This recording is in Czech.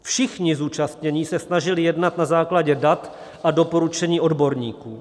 Všichni zúčastnění se snažili jednat na základě dat a doporučení odborníků.